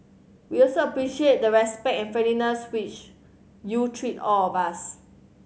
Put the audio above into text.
we also appreciate the respect and friendliness which you treat all of us